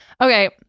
Okay